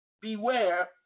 beware